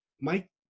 Mike